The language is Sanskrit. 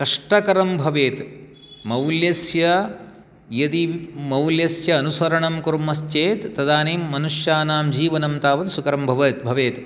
कष्टकरं भवेत् मौल्यस्य यदि मौल्यस्य अनुसरणं कुर्मश्चेत् तदानीं मनुष्याणां जीवनं तावत् सुकरं भवत् भवेत्